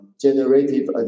generative